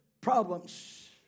problems